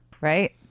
right